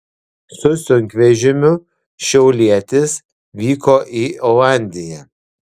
su sunkvežimiu šiaulietis vyko į olandiją